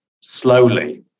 slowly